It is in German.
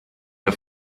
der